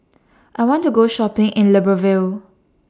I want to Go Shopping in Libreville